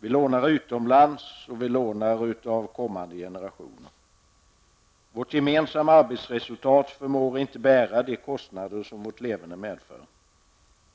Vi lånar utomlands och vi lånar av kommande generationer. Vårt gemensamma arbetsresultat förmår inte bära de kostnader som vårt leverne medför.